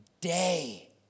day